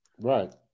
Right